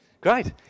Great